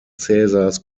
caesars